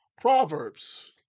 Proverbs